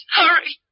hurry